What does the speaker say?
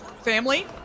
family